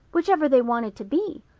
whichever they wanted to be,